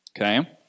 Okay